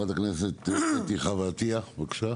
חברת הכנסת אתי חוה עטייה, בבקשה.